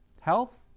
Health